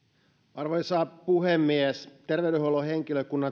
arvoisa puhemies terveydenhuollon henkilökunnan